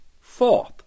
Fourth